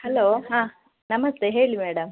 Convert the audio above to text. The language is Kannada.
ಹಲೋ ಹಾಂ ನಮಸ್ತೆ ಹೇಳಿ ಮೇಡಮ್